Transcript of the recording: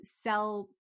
sell